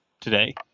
today